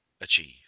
achieve